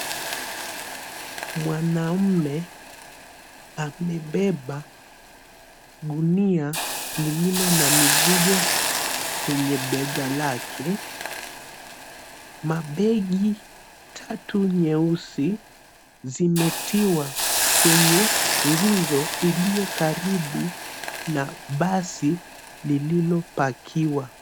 Mwanaume amebeba gunia lililo na mizigo kwenye bega lake. Mabegi tatu nyeusi zimetiwa kwenye nguzo iliyo karibu na basi lililopakiwa.